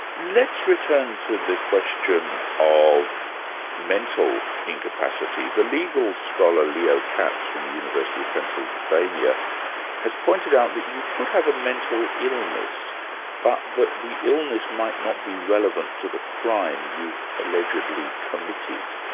let's return to the question of mental incapacity. the legal scholar, leo katz from the university of pennsylvania has pointed out that you could have a mental illness but that the illness might not be relevant to the crime you've allegedly committed.